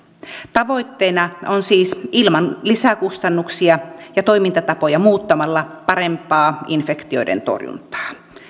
tavoitteena on siis ilman lisäkustannuksia ja toimintatapoja muuttamalla parempaa infektioiden torjuntaa